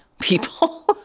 people